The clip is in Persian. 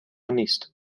نیست